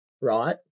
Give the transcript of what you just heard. right